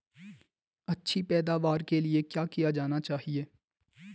अच्छी पैदावार के लिए क्या किया जाना चाहिए?